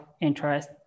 interest